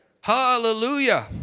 hallelujah